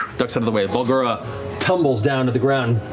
ducks out of the way. barlgura tumbles down to the ground.